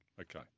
Okay